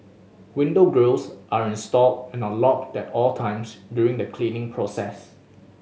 window grilles are installed and are locked at all times during the cleaning process